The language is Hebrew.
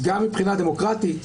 גם מבחינה דמוקרטית,